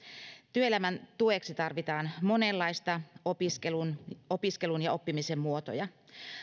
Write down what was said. työelämän tueksi tarvitaan monenlaisia opiskelun opiskelun ja oppimisen muotoja